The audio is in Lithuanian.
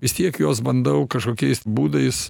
vis tiek juos bandau kažkokiais būdais